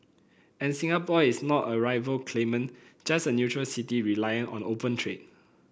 and Singapore is not a rival claimant just a neutral city reliant on open trade